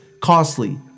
costly